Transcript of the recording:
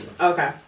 okay